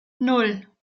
nan